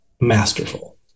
masterful